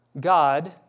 God